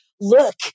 look